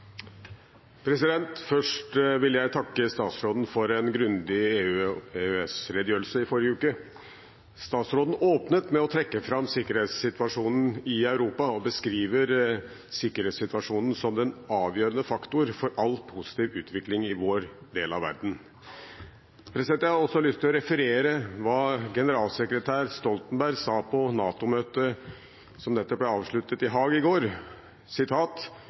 ostetollsaken. Først vil jeg takke statsråden for en grundig EØS-redegjørelse i forrige uke. Statsråden åpnet med å trekke fram sikkerhetssituasjonen i Europa og beskriver sikkerhetssituasjonen som den avgjørende faktor for all positiv utvikling i vår del av verden. Jeg har også lyst til å referere hva generalsekretær Stoltenberg sa på NATO-møtet som nettopp ble avsluttet i Haag i går: